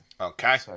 Okay